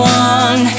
one